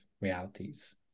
realities